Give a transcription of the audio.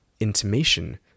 intimation